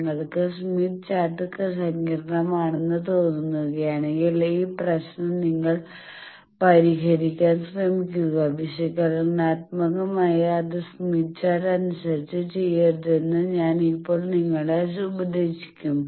നിങ്ങക്ക് Smith chart സങ്കീർണ്ണമാണെന്ന് തോന്നുകയാണെങ്കിൽ ഈ പ്രശ്നം നിങ്ങൾ പരിഹരിക്കാൻ ശ്രമിക്കുക വിശകലനാത്മകമായി അത് സ്മിത്ത് ചാർട്ട് അനുസരിച്ച് ചെയ്യരുതെന്ന് ഞാൻ ഇപ്പോൾ നിങ്ങളെ ഉപദേശിക്കും